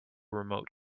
remote